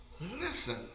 listen